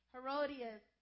Herodias